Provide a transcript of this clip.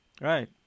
Right